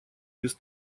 без